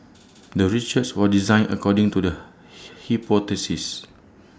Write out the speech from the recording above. the research was designed according to the hit hypothesis